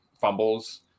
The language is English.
fumbles